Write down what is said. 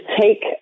take